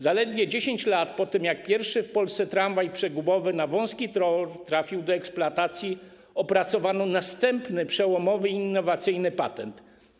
Zaledwie 10 lat po tym, jak pierwszy w Polsce tramwaj przegubowy na wąski tor trafił do eksploatacji, opracowano następny przełomowy, innowacyjny patent.